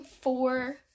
four